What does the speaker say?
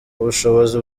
ubushobozi